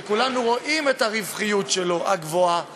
שכולנו רואים את הרווחיות הגבוהה שלו,